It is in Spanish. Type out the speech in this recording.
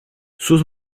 sus